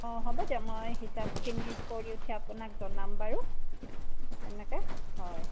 অ হ'ব দিয়ক মই হিচাপখিনি কৰি উঠি আপোনাক জনাম বাৰু তেনেকৈ হয়